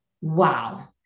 Wow